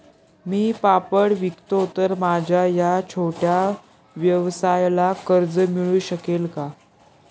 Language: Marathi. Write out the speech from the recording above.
मी पापड विकतो तर माझ्या या छोट्या व्यवसायाला कर्ज मिळू शकेल का?